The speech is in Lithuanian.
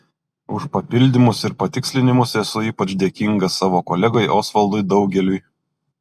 už papildymus ir patikslinimus esu ypač dėkinga savo kolegai osvaldui daugeliui